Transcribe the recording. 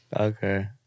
Okay